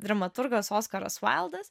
dramaturgas oskaras vaildas